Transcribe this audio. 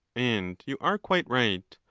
and you are quite right.